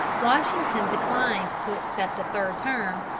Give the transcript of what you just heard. washington declined to accept a third term,